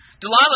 Delilah